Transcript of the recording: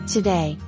Today